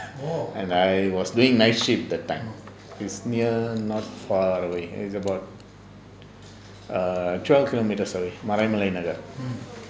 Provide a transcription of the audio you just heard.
and I was doing night shift that time is near not far away is about err twelve kilometers away maraimalai nagar